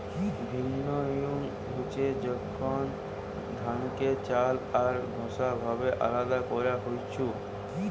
ভিন্নউইং হচ্ছে যখন ধানকে চাল আর খোসা ভাবে আলদা করান হইছু